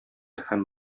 һәм